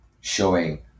showing